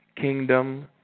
Kingdom